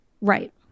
Right